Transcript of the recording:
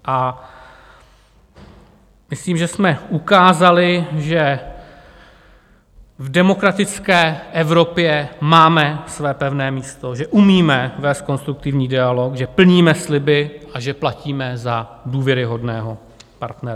A myslím, že jsme ukázali, že v demokratické Evropě máme své pevné místo, že umíme vést konstruktivní dialog, že plníme sliby a že platíme za důvěryhodného partnera.